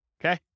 okay